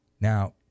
Now